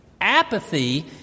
Apathy